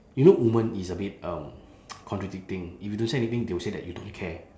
you know woman is a bit um contradicting if you don't say anything they will say that you don't care